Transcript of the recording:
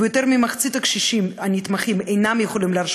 ויותר ממחצית הקשישים הנתמכים אינם יכולים להרשות